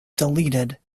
deleted